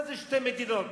מה זה שתי מדינות?